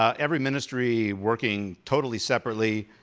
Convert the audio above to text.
ah every ministry working totally separately,